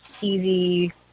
easy